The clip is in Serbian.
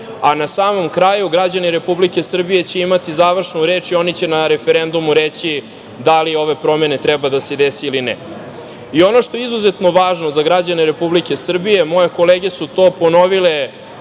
Na samom kraju, građani Republike Srbije će imati završnu reč i oni će na referendumu reći da li ove promene treba da se dese ili ne. Ono što je izuzetno važno za građane Republike Srbije, moje kolege su to ponovile